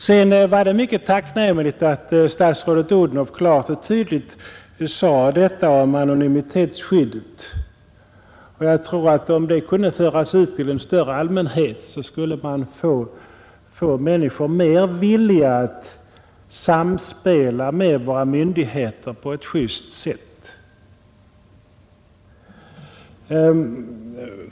Det var mycket tacknämligt att statsrådet Odhnoff klart och tydligt sade detta om anonymitetsskyddet. Om det kunde föras ut till en större allmänhet, skulle man få människor mer villiga att samspela med våra myndigheter på ett juste sätt.